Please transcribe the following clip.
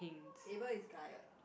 Abel is guy what